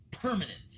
Permanent